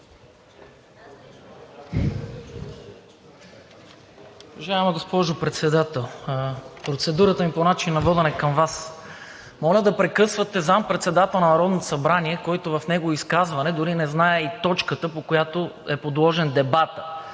Уважаема госпожо Председател, процедурата ми по начина на водене е към Вас. Моля да прекъсвате заместник-председател на Народното събрание, който в негово изказване дори не знае точката, по която е подложен дебатът.